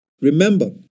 Remember